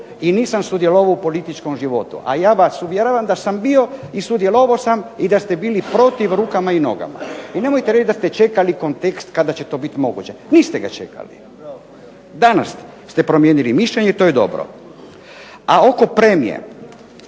i nisam sudjelovao u političkom životu, a ja vas uvjeravam da sam bio i sudjelovao sam i da ste bili protiv rukama i nogama. I nemojte reći da ste čekali kontekst kada će to biti moguće. Niste ga čekali. Danas ste promijenili mišljenje i to je dobro. A oko premije